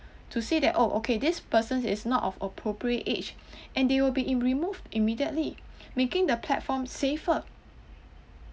to say that oh okay this person is not of appropriate age and they will be in removed immediately making the platform safer